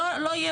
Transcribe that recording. לא,